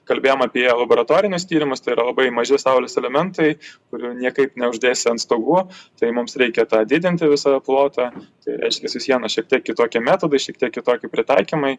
kalbėjom apie laboratorinius tyrimus tai yra labai maži saulės elementai kurių niekaip neuždėsi ant stogų tai mums reikia tą didinti visą plotą tai reiškias vis viena šiek tiek kitokie metodai šiek tiek kitoki pritaikymai